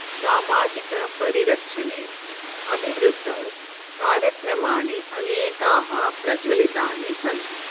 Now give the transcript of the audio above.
सामाजिकपरिरक्षणे अभिवृद्धौ कार्यक्रमाणि अनेकानि प्रज्वलितानि सन्ति